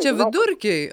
čia vidurkiai